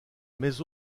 mais